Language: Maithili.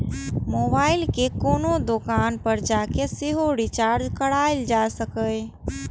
मोबाइल कें कोनो दोकान पर जाके सेहो रिचार्ज कराएल जा सकैए